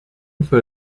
for